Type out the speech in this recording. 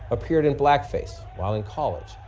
appeared in blackface while in college.